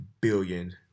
billion